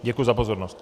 Děkuji za pozornost.